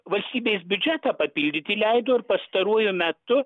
valstybės biudžetą papildyti leido ir pastaruoju metu